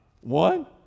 one